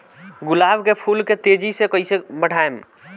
गुलाब के फूल के तेजी से कइसे बढ़ाई?